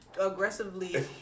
aggressively